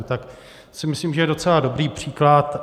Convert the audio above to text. Tak si myslím, že je to docela dobrý příklad.